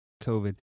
COVID